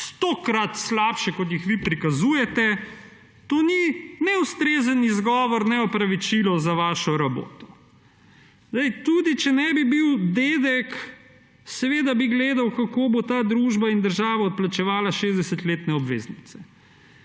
stokrat slabše, kot jih vi prikazujete, to ni ne ustrezen izgovor ne opravičilo za vašo raboto. Tudi če ne bi bil dedek, bi seveda gledal, kako bo ta družba in država odplačevala 60-letne obveznice.